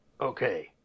Okay